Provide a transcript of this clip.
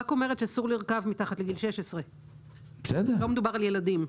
אני רק אומרת שאסור לרכב מתחת לגיל 16. לא מדובר על ילדים.